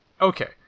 okay